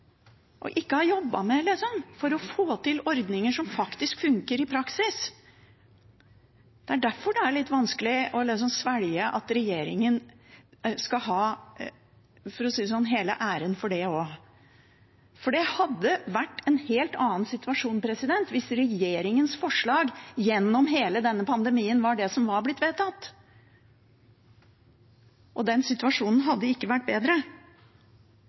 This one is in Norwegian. ikke har jobbet med – for å få til ordninger som faktisk funker i praksis. Det er derfor det er litt vanskelig å svelge at regjeringen skal ha, for å si det sånn, hele æren for det også. Det hadde vært en helt annen situasjon hvis regjeringens forslag gjennom hele denne pandemien var det som var blitt vedtatt, og den situasjonen hadde ikke vært bedre.